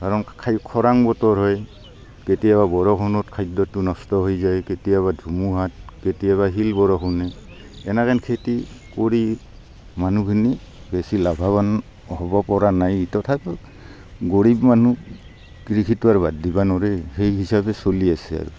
ধৰক খৰাং বতৰ হয় তেতিয়া বৰষুণত খাদ্যটো নষ্ট হৈ যায় কেতিয়াবা ধুমুহাত কেতিয়াবা শিল বৰষুণে এনেকৈ খেতি কৰি মানুহখিনি বেছি লাভৱান হ'ব পৰা নাই তথাপি গৰীব মানুহ কৃষিতো আৰ বাদ দিব নোৱাৰে সেই হিচাপে চলি আছে আৰু